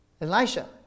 Elisha